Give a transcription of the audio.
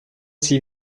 sie